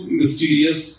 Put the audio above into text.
mysterious